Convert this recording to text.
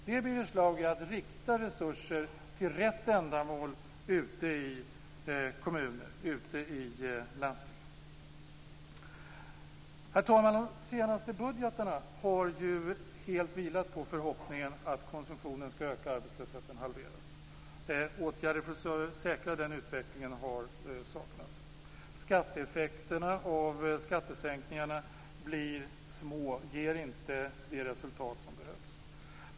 Det, Birger Schlaug, är att rikta resurser till rätt ändamål i kommuner och landsting. Herr talman! De senaste budgetarna har ju helt vilat på förhoppningen att konsumtionen skall öka och att arbetslösheten skall halveras, men åtgärder för att säkra en sådan utveckling har saknats. Effekterna av skattesänkningen blir små, och de ger inte det resultat som behövs.